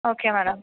okay madam